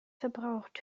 verbraucht